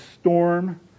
storm